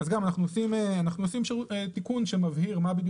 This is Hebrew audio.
אנחנו עושים שם תיקון שמבהיר מה בדיוק